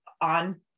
on